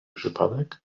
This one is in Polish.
przypadek